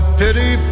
pity